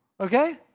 Okay